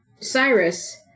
Cyrus